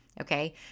okay